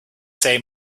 say